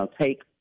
take